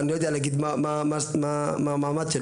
אני לא יודע מה המעמד שלו.